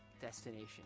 destination